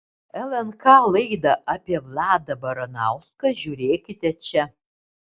lnk laidą apie vladą baranauską žiūrėkite čia